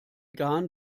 garn